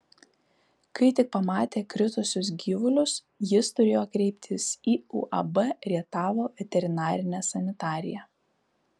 kai tik pamatė kritusius gyvulius jis turėjo kreiptis į uab rietavo veterinarinę sanitariją